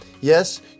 Yes